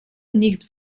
nicht